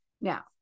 Now